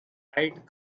tight